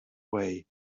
way